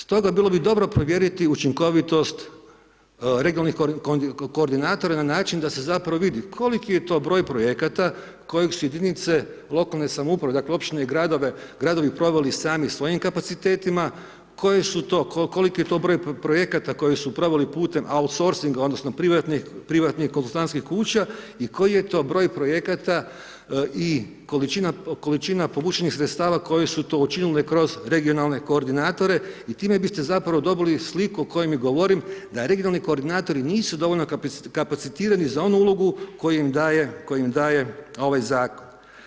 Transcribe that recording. Stoga bilo bi dobro provjeriti učinkovitost regionalnih koordinatora na način da se zapravo vidi koliki je to broj projekata kojeg su jedinice lokalne samouprave, dakle općine i gradovi proveli sami svojim kapacitetima, koje su to, koliki je to broj projekata koji su proveli putem outsourcinga odnosno privatnih konzultantskih kuća i koji je to broj projekata i količina povućenih sredstava, koji su to učinili kroz regionalne koordinatore i time biste zapravo dobili sliku o kojoj govorim da regionalni koordinatori nisu dovoljno kapacitirani za onu ulogu koju im daje ovaj zakon.